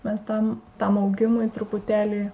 mes tam tam augimui truputėlį